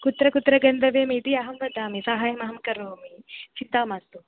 कुत्र कुत्र गन्तव्यम् इति अहं वदामि साहायम् अहं करोमि चिन्ता मास्तु